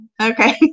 Okay